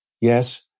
yes